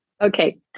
Okay